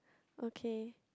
okay